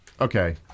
Okay